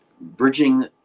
bridging